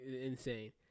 Insane